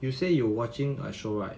you say you watching a show right